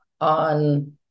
on